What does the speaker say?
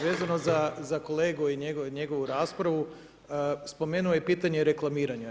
Vezano za kolegu i njegovu raspravu, spomenuo je pitanje reklamiranja.